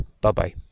Bye-bye